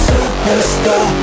Superstar